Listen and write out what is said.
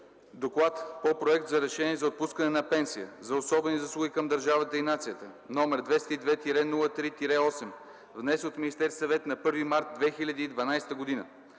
подкрепи Проект за решение за отпускане на пенсия за особени заслуги към държавата и нацията, № 202-03-8, внесен от Министерския съвет на 1 март 2012 г., на